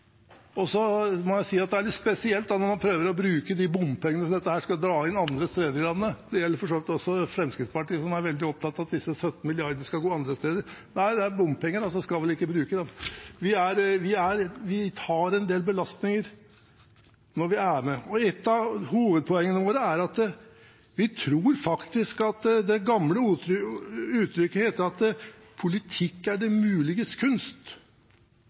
må si det er litt spesielt når man prøver å bruke de bompengene som dette skal dra inn, andre steder i landet. Det gjelder for så vidt også Fremskrittspartiet, som er veldig opptatt av at disse 17 mrd. kr skal gå til andre steder – nei, det er bompenger, så vi skal vel ikke bruke dem. Vi tar en del belastninger når vi er med. Et av hovedpoengene våre er at vi faktisk tror – som det gamle uttrykket sier – at politikk er det muliges kunst,